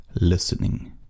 listening